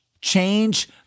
change